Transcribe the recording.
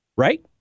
right